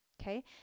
okay